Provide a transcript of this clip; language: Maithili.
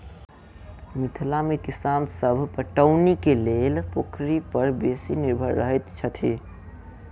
मिथिला मे किसान सभ पटौनीक लेल पोखरि पर बेसी निर्भर रहैत छथि